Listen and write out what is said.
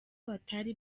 batari